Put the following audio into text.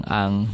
ang